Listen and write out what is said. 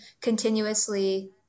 continuously